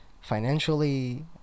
financially